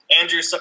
Andrew